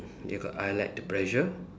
they got I like the pressure